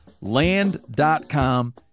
Land.com